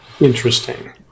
interesting